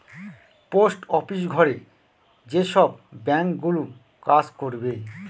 post office ঘরে যেসব bank গুলো কাজ করবে